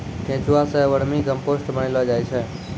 केंचुआ सें vermicompost बनैलो जाय छै